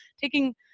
taking